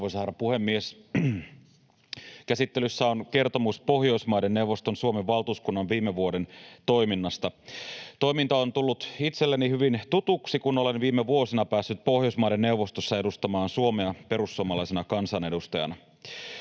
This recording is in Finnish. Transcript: puhemies! Käsittelyssä on kertomus Pohjoismaiden neuvoston Suomen valtuuskunnan viime vuoden toiminnasta. Toiminta on tullut itselleni hyvin tutuksi, kun olen viime vuosina päässyt Pohjoismaiden neuvostossa edustamaan Suomea perussuomalaisena kansanedustajana.